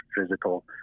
physical